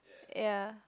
ya